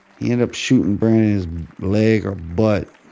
he end up shooting brandon's leg or butt